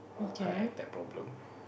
heart attack problem